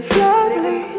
lovely